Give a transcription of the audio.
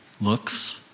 looks